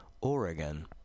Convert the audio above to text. Oregon